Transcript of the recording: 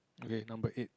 okay number eight